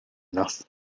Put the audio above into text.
enough